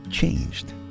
changed